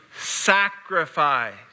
sacrifice